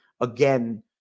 again